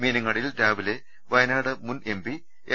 മീനങ്ങാടിയിൽ രാവിലെ വയനാട് മുൻ M P M